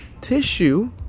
Tissue